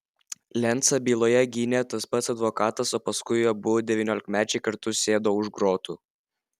lencą byloje gynė tas pats advokatas o paskui abu devyniolikmečiai kartu sėdo už grotų